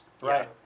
right